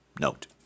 Note